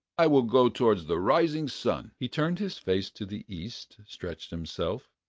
i will go towards the rising sun. he turned his face to the east, stretched himself,